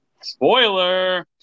Spoiler